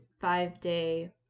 five-day